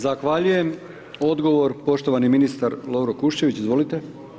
Zahvaljujem odgovor poštovani ministar Lovro Kuščević, izvolite.